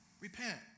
Repent